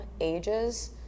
ages